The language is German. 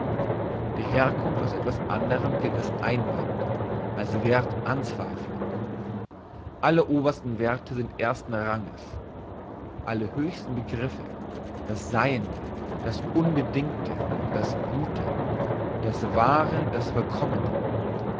die herkunft aus etwas anderem gilt als einwand als werth anzweifelung alle obersten werthe sind ersten ranges alle höchsten begriffe das seiende das unbedingte das gute das wahre das vollkommne